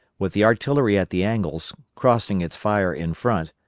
with the artillery at the angles, crossing its fire in front,